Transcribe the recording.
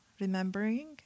remembering